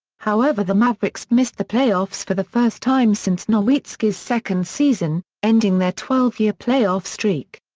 however the mavericks missed the playoffs for the first time since nowitzki's second season, ending their twelve year playoff streak.